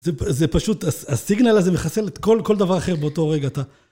זה פשוט, הסיגנל הזה מחסל את כל כל דבר אחר באותו רגע.